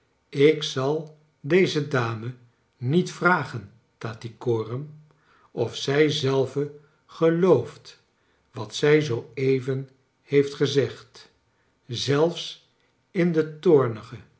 ik zal deze dame niet vragen tattycoram of zij zelve gelooft wat zij zoo even heeft gezegd zelfs in de